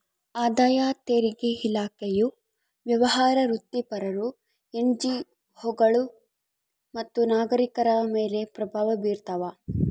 ಆದಾಯ ತೆರಿಗೆ ಇಲಾಖೆಯು ವ್ಯವಹಾರ ವೃತ್ತಿಪರರು ಎನ್ಜಿಒಗಳು ಮತ್ತು ನಾಗರಿಕರ ಮೇಲೆ ಪ್ರಭಾವ ಬೀರ್ತಾವ